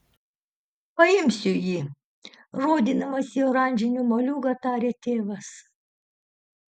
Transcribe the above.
paimsiu jį rodydamas į oranžinį moliūgą tarė tėvas